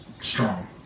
strong